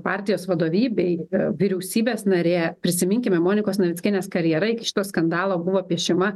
partijos vadovybei vyriausybės narė prisiminkime monikos navickienės karjera iki šito skandalo buvo piešiama